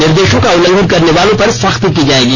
निर्देषों का उल्लंघन करने वालों पर सख्ती की जाएगी